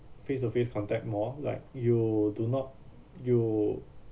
face to face contact more like you do not you